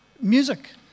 Music